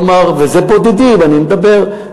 כלומר, וזה בודדים, אני מדבר.